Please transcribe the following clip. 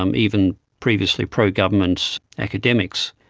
um even previously pro-government academics,